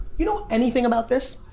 you know anything about this?